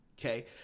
Okay